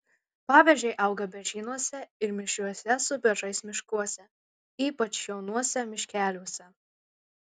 paberžiai auga beržynuose ir mišriuose su beržais miškuose ypač jaunuose miškeliuose